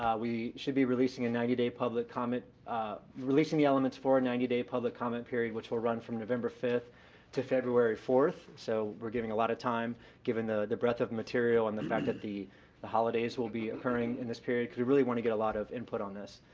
we should be releasing a ninety day public comment releasing the elements for a ninety day public comment period which will run from november fifth to february fourth, so we're giving a lot of time given the the breadth of material and the fact that the the holidays will be occurring in this period, because we really want to get a lot of input on this.